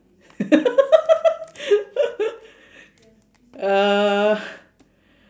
uh